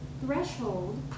threshold